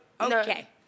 Okay